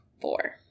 Four